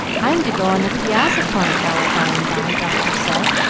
i am to go on the piazza, for an hour, by and by, doctor said.